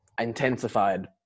intensified